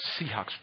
Seahawks